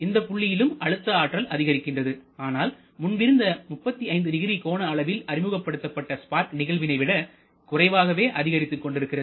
இந்த புள்ளியிலும் அழுத்த ஆற்றல் அதிகரிக்கிறது ஆனால் முன்பிருந்த 350 கோண அளவில் அறிமுகப்படுத்தப்பட்ட ஸ்பார்க் நிகழ்வினை விட குறைவாகவே அதிகரித்துக் கொண்டிருக்கிறது